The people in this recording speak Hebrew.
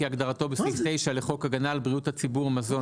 כהגדרתו בסעיף 9 לחוק הגנה על בריאות הציבור (מזון),